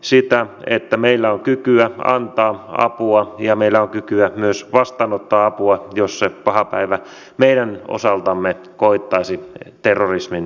sitä että meillä on kykyä antaa apua ja meillä on kykyä myös vastaanottaa apua jos se paha päivä meidän osaltamme koittaisi terrorismin suhteen